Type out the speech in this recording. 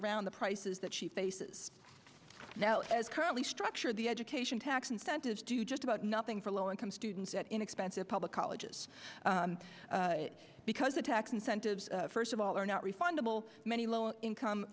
around the prices that she faces now as currently structured the education tax incentives do just about nothing for low income students at inexpensive public colleges because the tax incentives first of all are not refundable many low income